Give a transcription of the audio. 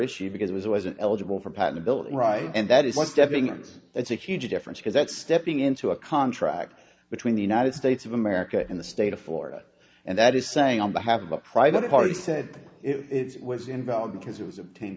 issue because i wasn't eligible for patentability right and that is what stepping that's a huge difference because that's stepping into a contract between the united states of america in the state of florida and that is saying on behalf of a private party said it was invalid because it was obtained